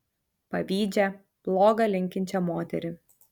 pavydžią bloga linkinčią moterį